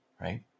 right